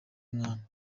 mwana